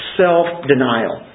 self-denial